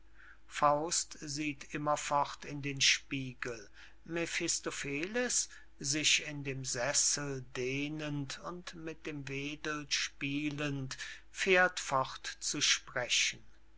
faust sieht immerfort in den spiegel mephistopheles sich in dem sessel dehnend und mit dem wedel spielend fährt fort zu sprechen